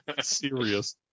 Serious